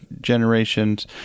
generations